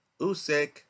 Usyk